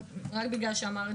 משמע.